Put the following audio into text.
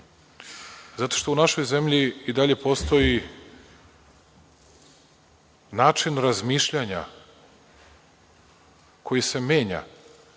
zato što u našoj zemlji i dalje postoji način razmišljanja koji se menja